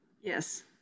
Yes